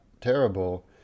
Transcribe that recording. terrible